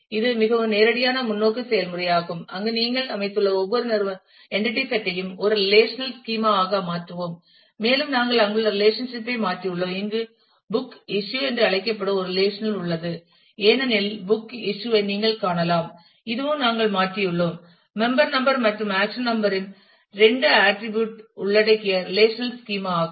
இது மிகவும் நேரடியான முன்னோக்கு செயல்முறையாகும் அங்கு நீங்கள் அமைத்துள்ள ஒவ்வொரு நிறுவனத்தையும் ஒரு ரெலேஷனல் ஸ்கீமா ஆக மாற்றுவோம் மேலும் நாங்கள் அங்குள்ள ரெலேஷன்ஷிப் ஐ மாற்றியுள்ளோம் இங்கு புக் இஸ்யூ என்று அழைக்கப்படும் ஒரு ரெலேஷன் உள்ளது ஏனெனில் புக் இஸ்யூ ஐ நீங்கள் காணலாம் இதுவும் நாங்கள் மாற்றியுள்ளோம் மெம்பர் நம்பர் மற்றும் ஆக்சஷன் நம்பர் ணின் இரண்டு ஆட்டிரிபியூட் உள்ளடக்கிய ரெலேஷனல் ஸ்கீமா ஆகும்